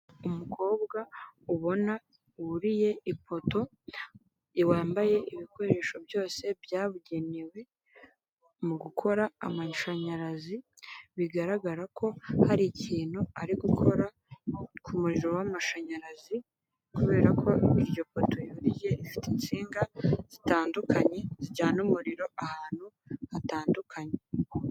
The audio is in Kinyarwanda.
Umukobwa ubona wuriye ipoto wambaye ibikoresho byose byabugenewe mu gukora amashanyarazi bigaragara ko hari ikintu ari gukora ku muririro w'amashanyarazi kubera ko iryo poto yuriye rifite insinga zitandukanye zijyana umuriro ahantu hatandukanye.